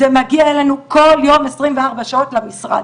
זה מגיע אלינו כל יום 24 שעות למשרד.